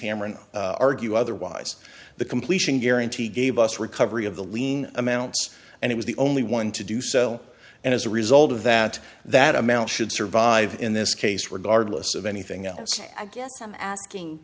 hammerin argue otherwise the completion guarantee gave us recovery of the lien amounts and it was the only one to do sell and as a result of that that amount should survive in this case regardless of anything else i guess i'm asking